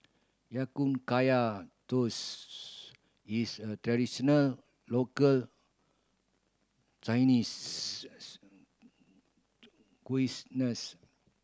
Ya Kun Kaya Toast is a traditional local Chinese nurse